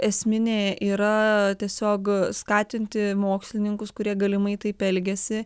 esminė yra tiesiog skatinti mokslininkus kurie galimai taip elgiasi